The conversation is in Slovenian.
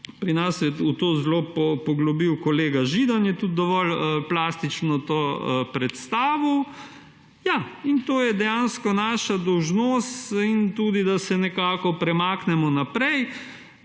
Pri nas se je v to zelo poglobil kolega Židan, ki je tudi dovolj plastično to predstavil. Ja, in to je dejansko naša dolžnost, da se nekako premaknemo naprej.